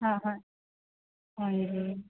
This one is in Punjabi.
ਹਾਂ ਹਾਂ ਹਾਂਜੀ